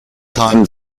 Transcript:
time